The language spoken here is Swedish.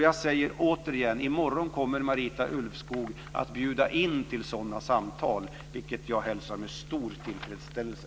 Jag säger återigen: I morgon kommer Marita Ulvskog att bjuda in till sådana samtal, vilket jag hälsar med stor tillfredsställelse.